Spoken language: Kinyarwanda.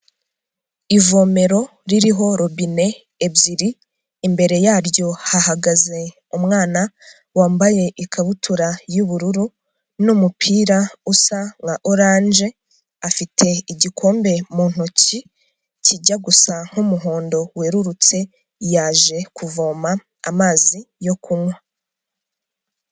Ivomero ririho robine ebyiri, imbere yaryo hahagaze umwana wambaye ikabutura y'ubururu n'umupira usa nka oranje, afite igikombe mu ntoki kijya gusa nk'muhondo werurutse, yaje kuvoma amazi yo kunywa.